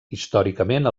històricament